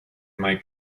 might